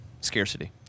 scarcity